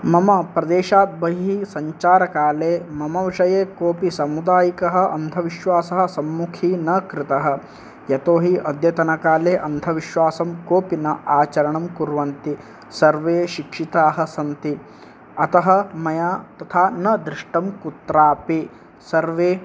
मम प्रदेशात् बहिः सञ्चारकाले मम विषये कोपि समुदायिकः अन्धविश्वासः सम्मुखी न कृतः यतो हि अद्यतनकाले अन्धविश्वासं कोपि न आचरणं कुर्वन्ति सर्वे शिक्षिताः सन्ति अतः मया तथा न दृष्टं कुत्रापि सर्वे